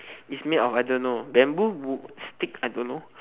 it's made of I don't know bamboo wo~ stick I don't know